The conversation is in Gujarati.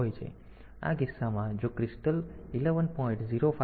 તેથી આ કિસ્સામાં જો ક્રિસ્ટલ 11